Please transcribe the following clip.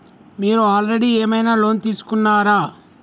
మీరు ఆల్రెడీ ఏమైనా లోన్ తీసుకున్నారా?